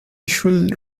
should